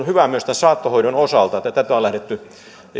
hyvää myös tämän saattohoidon osalta että tätä on lähdetty